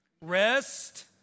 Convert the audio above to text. Rest